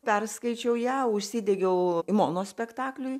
perskaičiau ją užsidegiau monospektakliui